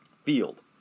field